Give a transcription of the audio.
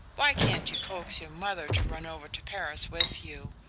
why can't you coax your mother to run over to paris with you?